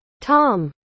Tom